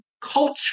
culture